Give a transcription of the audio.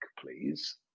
please